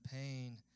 pain